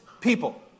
people